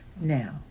now